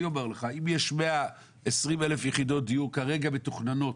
אני אומר לך, אם יש 120,000 כרגע מתוכננות,